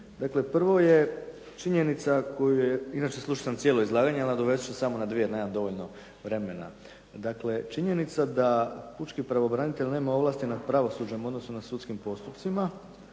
Dakle prvo je činjenica koju je, inače slušao sam cijelo izlaganje, a nadovezat ću se samo na dvije jer nemam dovoljno vremena. Dakle, činjenica da pučki pravobranitelj nema ovlasti nad pravosuđem, odnosno nad sudskim postupcima.